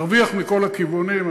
נרוויח מכל הכיוונים.